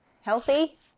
healthy